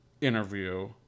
interview